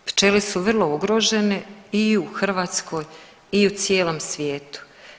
Pčele su vrlo ugrožene i u Hrvatskoj i u cijelom svijetu.